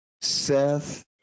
Seth